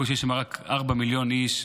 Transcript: ובקושי יש שם רק ארבעה מיליון איש.